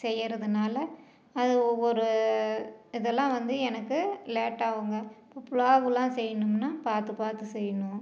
செய்யறதுனால அது ஒவ்வொரு இதெல்லாம் வந்து எனக்கு லேட்டாவுங்க புலாவெலாம் செய்யணும்னால் பார்த்து பார்த்து செய்யணும்